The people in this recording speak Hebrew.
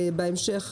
ובהמשך,